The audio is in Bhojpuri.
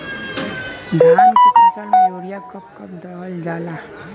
धान के फसल में यूरिया कब कब दहल जाला?